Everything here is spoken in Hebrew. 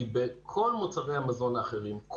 כי בכל מוצרי המזון האחרים,